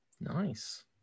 Nice